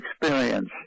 experience